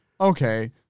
Okay